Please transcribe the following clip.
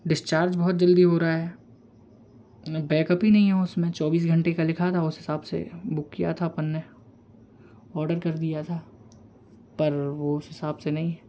discharge बहुत जल्दी हो रहा है न बैकअप ही नहीं है उसमें चौबीस घंटे का लिखा था उस हिसाब से बुक किया था अपन ने ऑर्डर कर दिया था पर वो उस हिसाब से नहीं है